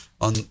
on